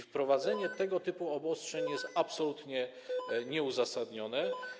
Wprowadzenie tego typu obostrzeń jest absolutnie nieuzasadnione.